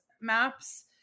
maps